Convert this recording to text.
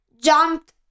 jumped